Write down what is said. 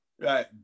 Right